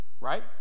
right